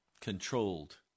controlled